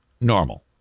normal